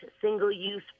single-use